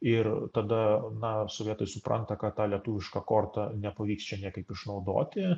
ir tada na sovietai supranta kad tą lietuvišką kortą nepavyks čia ne kaip išnaudoti